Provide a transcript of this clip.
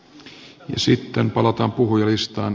ja sitten palataan puhujalistaan